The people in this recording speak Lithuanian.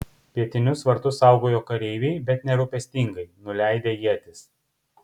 pietinius vartus saugojo kareiviai bet nerūpestingai nuleidę ietis